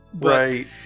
right